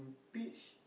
peach